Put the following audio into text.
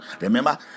Remember